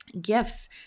gifts